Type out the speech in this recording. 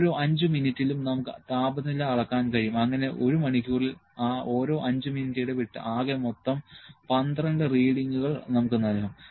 ഓരോ 5 മിനിറ്റിലും നമുക്ക് താപനില അളക്കാൻ കഴിയും അങ്ങനെ ഒരു മണിക്കൂറിൽ ആ ഓരോ 5 മിനിറ്റ് ഇടവിട്ട് ആകെ മൊത്തം 12 റീഡിങ്ങുകൾ നമുക്ക് നൽകും